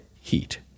heat